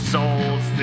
Souls